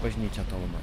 bažnyčia tolumoj